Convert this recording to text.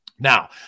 Now